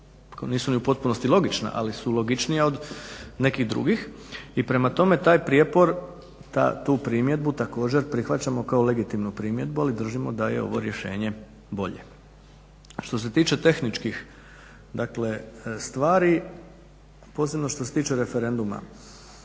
nisu ni u potpunosti logična, ali su logičnija od nekih drugih, i prema tome taj prijepor, tu primjedbu također prihvaćamo kao legitimnu primjedbu, ali držimo da je ovo rješenje bolje. Što se tiče tehničkih dakle stvari, posebno što se tiče referenduma.